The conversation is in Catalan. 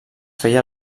feia